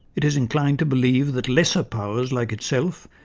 it is inclined to believe that lesser powers like itself,